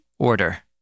order